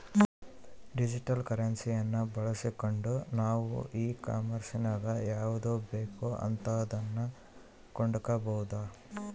digital ಕರೆನ್ಸಿಯನ್ನ ಬಳಸ್ಗಂಡು ನಾವು ಈ ಕಾಂಮೆರ್ಸಿನಗ ಯಾವುದು ಬೇಕೋ ಅಂತದನ್ನ ಕೊಂಡಕಬೊದು